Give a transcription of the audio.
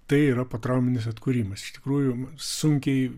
tai yra potrauminis atkūrimas iš tikrųjų sunkiai